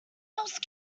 else